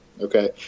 okay